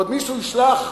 ועוד מישהו ישלח,